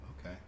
okay